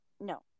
No